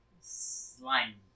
slime